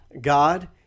God